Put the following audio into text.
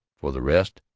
for the rest,